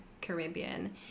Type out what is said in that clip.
Caribbean